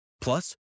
Plus